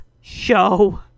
show